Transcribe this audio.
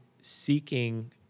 seeking